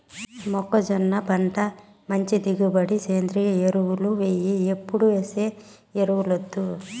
మొక్కజొన్న పంట మంచి దిగుబడికి సేంద్రియ ఎరువులు ఎయ్యి ఎప్పుడేసే ఎరువులొద్దు